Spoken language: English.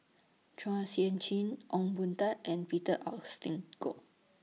Chua Sian Chin Ong Boon Tat and Peter Augustine Goh